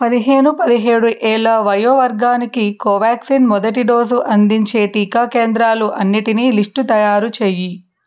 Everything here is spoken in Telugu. పదిహేను పదిహేడు ఏళ్ళ వయో వర్గానికి కోవాక్సిన్ మొదటి డోసు అందించే టికా కేంద్రాలు అన్నింటిని లిస్టు తయారు చెయ్యి